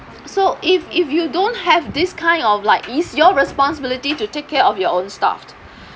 so if if you don't have this kind of like it's your responsibility to take care of your own stuff